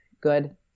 good